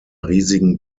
riesigen